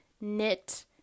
knit